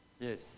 Yes